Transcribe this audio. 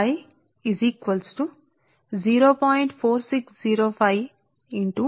4605 log ఇది మొదటి పదం ఇది రెండవ పదం పరస్పర పదం అనగా ఈ రెండు పదాలలో 0